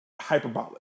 hyperbolic